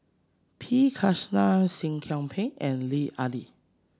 P Krishnan Seah Kian Peng and Lut Ali